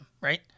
right